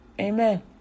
amen